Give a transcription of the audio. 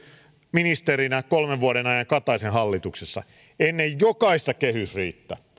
ministerinä kolmen vuoden ajan kataisen hallituksessa ennen jokaista kehysriihtä